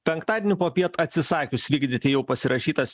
penktadienį popiet atsisakius vykdyti jau pasirašytas